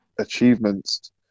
achievements